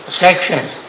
sections